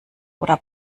oder